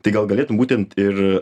tai gal galėtum būtent ir